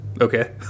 Okay